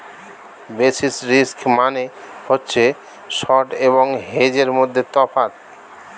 basis risk মানে হচ্ছে spot এবং হেজের মধ্যে তফাৎ